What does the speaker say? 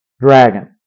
dragon